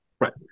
right